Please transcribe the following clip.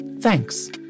thanks